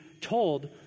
told